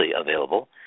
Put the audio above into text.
available